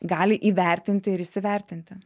gali įvertinti ir įsivertinti